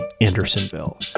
Andersonville